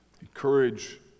encourage